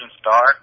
star